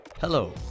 Hello